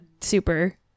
super